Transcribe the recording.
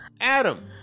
Adam